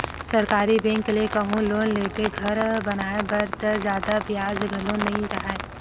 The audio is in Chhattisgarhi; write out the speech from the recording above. सरकारी बेंक ले कहूँ लोन लेबे घर बनाए बर त जादा बियाज घलो नइ राहय